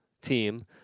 team